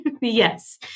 Yes